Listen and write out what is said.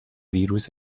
ویروس